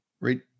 right